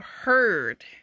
heard